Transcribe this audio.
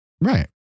Right